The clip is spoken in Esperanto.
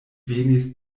venis